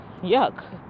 yuck